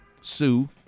Sue